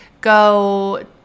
Go